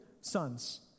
sons